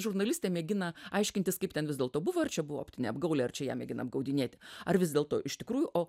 žurnalistė mėgina aiškintis kaip ten vis dėlto buvo ar čia buvo optinė apgaulė ar čia ją mėgina apgaudinėti ar vis dėlto iš tikrųjų o